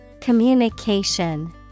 Communication